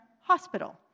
hospital